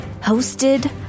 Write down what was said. hosted